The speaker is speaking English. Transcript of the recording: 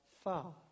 far